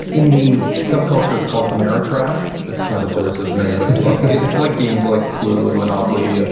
in the sub-culture it's called ameritrash. it's kind of a derisive name, but it's like it's like games like clue and monopoly, ah